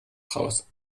daraus